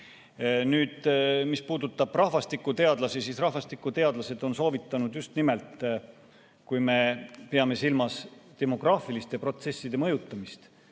Nüüd, mis puudutab rahvastikuteadlasi, siis rahvastikuteadlased on soovitanud just nimelt, kui me peame silmas demograafiliste protsesside mõjutamist,